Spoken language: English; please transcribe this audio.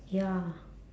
ya